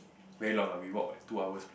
very long ah we walk like two hours